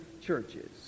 churches